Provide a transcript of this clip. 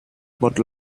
một